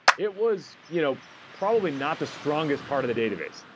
it was you know probably not the strongest part of the database.